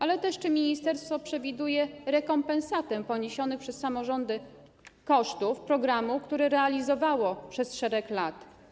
Ale też czy ministerstwo przewiduje rekompensatę poniesionych przez samorządy kosztów programu, który realizowano przez szereg lat?